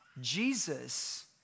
Jesus